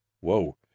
Whoa